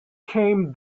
came